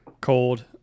cold